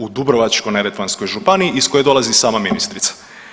U Dubrovačko-neretvanskoj županiji iz koje dolazi sama ministrica.